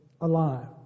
alive